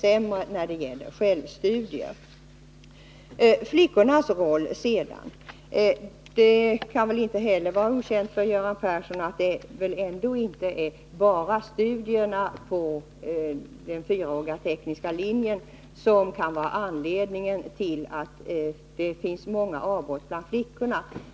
Beträffande de många studieavbrotten bland flickor på den fyraåriga tekniska linjen så kan det väl inte vara okänt för Göran Persson att inte enbart själva studierna är orsaken.